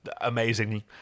amazing